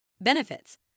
Benefits